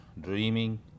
dreaming